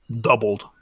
doubled